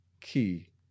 key